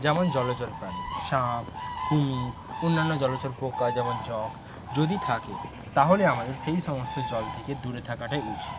যেমন জলচর প্রাণী সাপ কুমির অন্যান্য জলচর পোকা যেমন জোঁক যদি থাকে তাহলে আমাদের সেই সমস্ত জল থেকে দূরে থাকাটাই উচিৎ